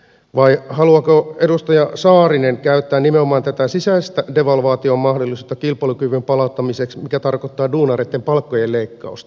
vai haluaako edustaja saarinen käyttää nimenomaan tätä sisäisen devalvaation mahdollisuutta kilpailukyvyn palauttamiseksi mikä tarkoittaa duunareitten palkkojen leikkausta